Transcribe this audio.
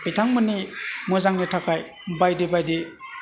बिथांमोननि मोजांनि थाखाय बायदि बायदि